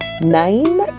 nine